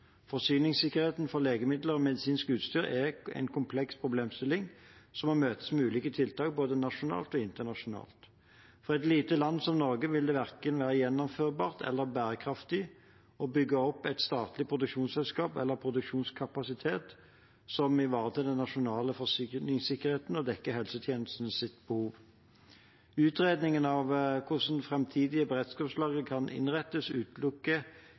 Forsyningssikkerheten for legemidler og medisinsk utstyr er en kompleks problemstilling som må møtes med ulike tiltak, både nasjonalt og internasjonalt. For et lite land som Norge vil det verken være gjennomførbart eller bærekraftig å bygge opp et statlig produksjonsselskap eller produksjonskapasitet som ivaretar den nasjonale forsyningssikkerheten og dekker helsetjenestens behov. Utredningen av hvordan framtidige beredskapslagre kan innrettes,